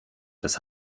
das